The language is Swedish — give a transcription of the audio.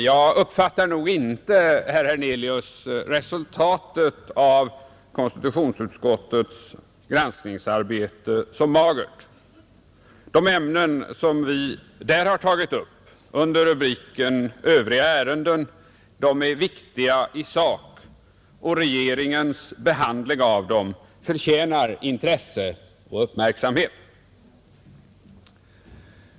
Jag uppfattar nog inte, herr Hernelius, resultatet av konstitutionsutskottets granskningsarbete som magert. De ämnen som vi där har tagit upp under rubriken Övriga ärenden är viktiga i sak, och regeringens behandling av dem förtjänar intresse och uppmärksamhet.